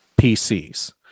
PCs